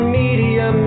media